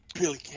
Billy